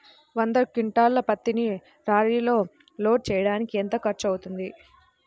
వంద క్వింటాళ్ల పత్తిని లారీలో లోడ్ చేయడానికి ఎంత ఖర్చవుతుంది?